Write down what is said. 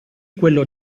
quello